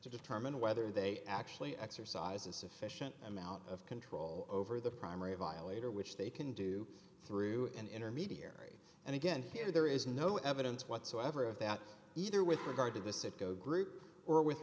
to determine whether they actually exercise a sufficient amount of control over the primary violator which they can do through an intermediary and again here there is no evidence whatsoever of that either with regard to the citgo group or with